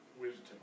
wisdom